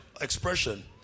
expression